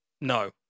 no